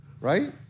Right